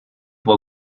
può